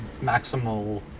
maximal